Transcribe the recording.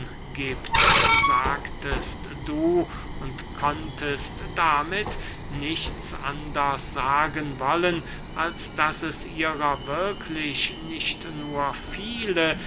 giebt sagtest du und konntest damit nichts anders sagen wollen als daß es ihrer wirklich nicht nur viele